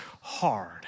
hard